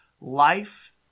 life